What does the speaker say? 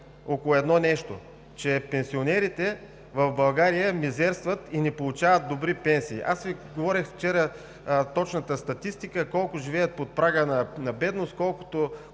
около едно нещо – че пенсионерите в България мизерстват и не получават добри пенсии. Аз Ви казах вчера точната статистика – колко живеят под прага на бедност, колко